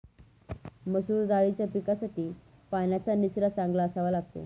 मसूर दाळीच्या पिकासाठी पाण्याचा निचरा चांगला असावा लागतो